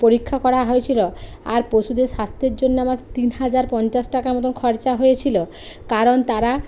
পরীক্ষা করা হয়েছিলো আর পশুদের স্বাস্থ্যের জন্যে আমার তিন হাজার পঞ্চাশ টাকা মতন খরচা হয়েছিলো কারণ তারা